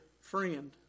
friend